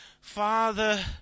Father